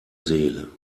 seele